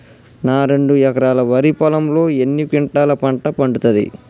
నా రెండు ఎకరాల వరి పొలంలో ఎన్ని క్వింటాలా పంట పండుతది?